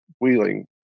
wheeling